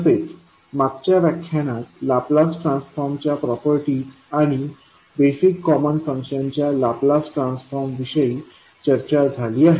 तसेच मागच्या व्याख्यानात लाप्लास ट्रान्सफॉर्म च्या प्रॉपर्टीज आणि बेसिक कॉमन फंक्शनच्या लाप्लास ट्रान्सफॉर्म विषयी चर्चा झाली आहे